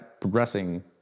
progressing